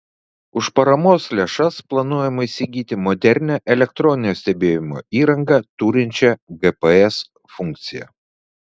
už paramos lėšas planuojama įsigyti modernią elektroninio stebėjimo įrangą turinčią gps funkciją